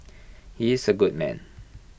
he is A good man